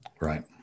right